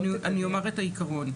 אני אומר את העיקרון: